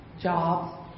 jobs